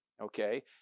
okay